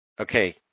Okay